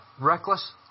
reckless